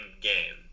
game